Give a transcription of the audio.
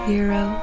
Hero